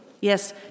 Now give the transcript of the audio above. Yes